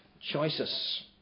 choices